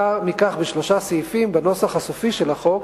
עקב כך, בשלושה סעיפים בנוסח הסופי של החוק